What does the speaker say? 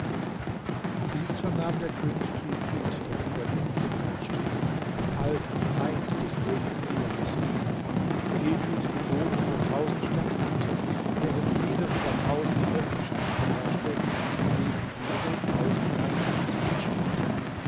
dies vernahm der könig kefid der über indien herrschte und ein alter feind des königs tighanus war kefid gebot über tausend statthalter deren jeder über tausend völkerschaften herrschte von denen jede tausend reiter ins feld stellte